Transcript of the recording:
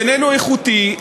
איננו איכותי,